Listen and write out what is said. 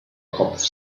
kopf